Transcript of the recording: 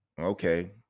Okay